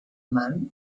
man